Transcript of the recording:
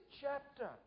chapter